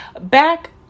Back